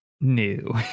new